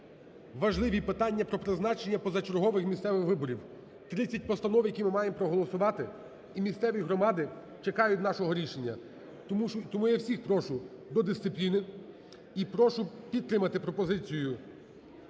важливі питання про призначення позачергових місцевих виборів, 30 постанов, які ми маємо проголосувати і місцеві громади чекають нашого рішення тому я всіх прошу до дисципліни. І прошу підтримати пропозицію